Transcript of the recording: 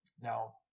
Now